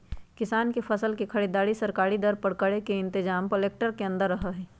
किसान के फसल के खरीदारी सरकारी दर पर करे के इनतजाम कलेक्टर के अंदर रहा हई